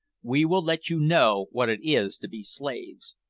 we will let you know what it is to be slaves.